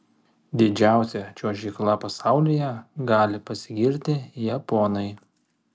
didžiausia čiuožykla pasaulyje gali pasigirti japonai